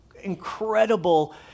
incredible